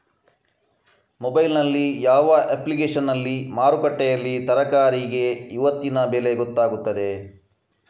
Mobile ನಲ್ಲಿ ಯಾವ ಅಪ್ಲಿಕೇಶನ್ನಲ್ಲಿ ಮಾರುಕಟ್ಟೆಯಲ್ಲಿ ತರಕಾರಿಗೆ ಇವತ್ತಿನ ಬೆಲೆ ಗೊತ್ತಾಗುತ್ತದೆ?